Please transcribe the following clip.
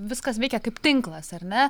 viskas veikia kaip tinklas ar ne